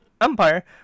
Empire